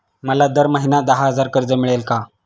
मला दर महिना दहा हजार कर्ज मिळेल का?